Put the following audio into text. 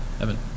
Evan